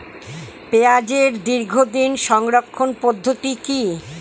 পেঁয়াজের দীর্ঘদিন সংরক্ষণ পদ্ধতি কি?